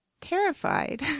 Terrified